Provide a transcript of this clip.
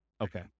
Okay